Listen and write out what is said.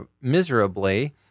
miserably